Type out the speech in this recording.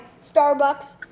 Starbucks